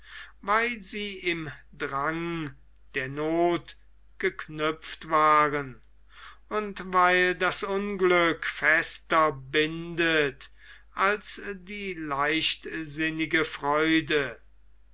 weil sie im drang der noth geknüpft waren und weil das unglück fester bindet als die leichtsinnige freude